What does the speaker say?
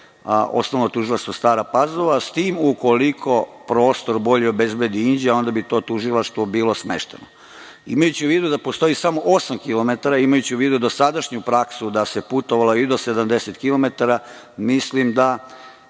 Osnovno tužilaštvo Stara Pazova, s tim da ukoliko prostor bolje obezbedi Inđija, onda bi tu tužilaštvo bilo smešteno. Imajući u vidu da postoji samo osam kilometara, imajući u vidu dosadašnju praksu da se putovalo i do 70 kilometra, mislim da